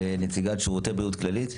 נציגת שירותי בריאות כללית.